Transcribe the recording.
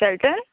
शेल्टेन